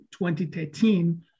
2013